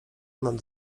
nad